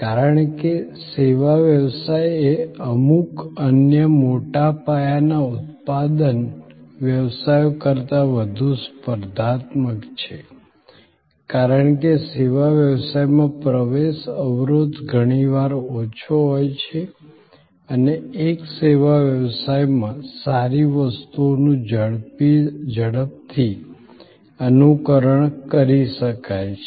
કારણ કે સેવા વ્યવસાય એ અમુક અન્ય મોટા પાયાના ઉત્પાદન વ્યવસાયો કરતાં વધુ સ્પર્ધાત્મક છે કારણ કે સેવા વ્યવસાયમાં પ્રવેશ અવરોધ ઘણીવાર ઓછો હોય છે અને એક સેવા વ્યવસાયમાં સારી વસ્તુઓનું ઝડપથી અનુકરણ કરી શકાય છે